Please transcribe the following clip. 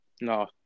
no